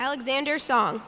alexander song